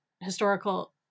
historical